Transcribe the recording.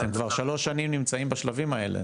אתם כבר שלוש שנים נמצאים בשלבים האלה,